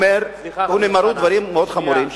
הוא אומר דברים מאוד חמורים,